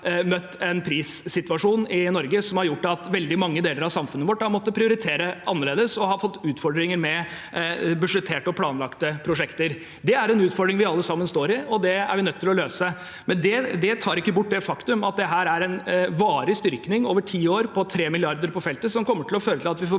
en prissituasjon i Norge som har gjort at veldig mange deler av samfunnet vårt har måttet prioritere annerledes og har fått utfordringer med budsjetterte og planlagte prosjekter. Det er en utfordring vi alle sammen står i, og det er vi nødt til å løse. Men det tar ikke bort det faktumet at dette er en varig styrking, over ti år, på 3 mrd. kr på feltet, som kommer til å føre til at vi får